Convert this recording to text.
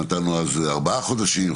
נתנו אז ארבעה חודשים,